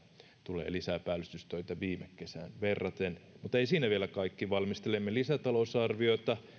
tulee lisää päällystystöitä viime kesään verraten mutta ei siinä vielä kaikki valmistelemme lisätalousarviota